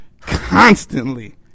constantly